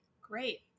Great